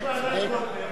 שבאה ואומרת,